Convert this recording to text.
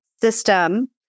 system